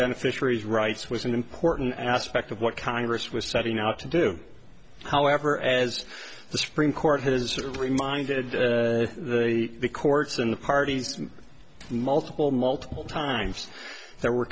beneficiaries rights was an important aspect of what congress was setting out to do however as the supreme court has reminded the courts and the parties multiple multiple times there were